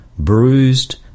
bruised